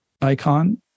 icon